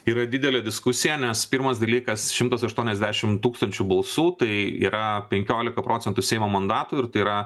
yra didelė diskusija nes pirmas dalykas šimtas aštuoniasdešim tūkstančių balsų tai yra penkiolika procentų seimo mandatų ir tai yra